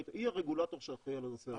היא הרגולטור שאחראי על הנושא הזה.